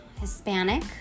Hispanic